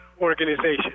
organization